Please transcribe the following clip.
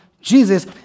Jesus